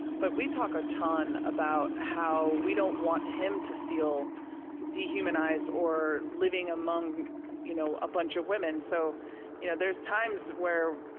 but we talk a ton about how we don't want him to feel dehumanized or living among you know a bunch of women. so you know there's times where